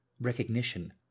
recognition